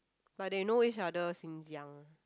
but they know each other since young